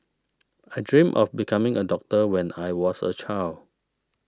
I dreamt of becoming a doctor when I was a child